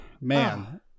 man